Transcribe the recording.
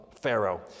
Pharaoh